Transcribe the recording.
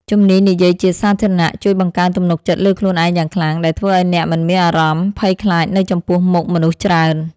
ជំនាញនិយាយជាសាធារណៈជួយបង្កើនទំនុកចិត្តលើខ្លួនឯងយ៉ាងខ្លាំង ដែលធ្វើឱ្យអ្នកមិនមានអារម្មណ៍ភ័យខ្លាចនៅចំពោះមុខមនុស្សច្រើន។